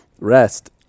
rest